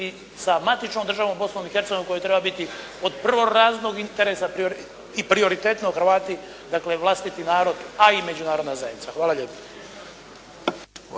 sa matičnom državom Bosnom i Hercegovinom koja treba biti od prvorazrednog interesa i prioritetno Hrvati, dakle vlastiti narod, a i Međunarodna zajednica. Hvala lijepo.